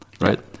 right